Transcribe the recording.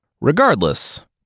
Regardless